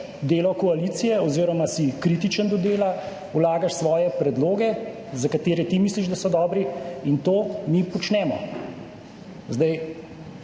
delo koalicije oziroma si kritičen do dela, vlagaš svoje predloge, za katere ti misliš, da so dobri, in to mi počnemo. Zdaj